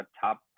top